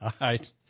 right